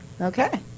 Okay